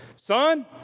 son